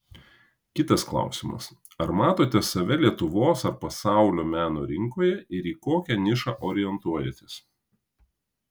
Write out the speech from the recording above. kitas klausimas ar matote save lietuvos ar pasaulio meno rinkoje ir į kokią nišą orientuojatės